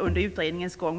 under utredningens gång titta närmare på detta.